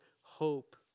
hope